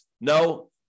No